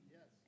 Yes